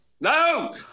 No